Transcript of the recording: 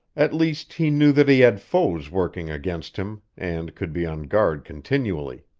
at least, he knew that he had foes working against him, and could be on guard continually.